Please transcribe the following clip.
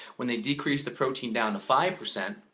when they decreased the protein down five percent,